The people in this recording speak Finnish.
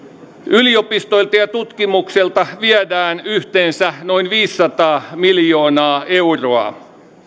yliopistoilta ja tutkimukselta viedään yhteensä noin viisisataa miljoonaa euroa